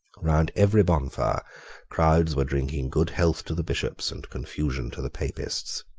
round every bonfire crowds were drinking good health to the bishops and confusion to the papists.